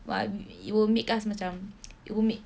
ah it will make us macam it will make